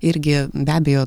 irgi be abejo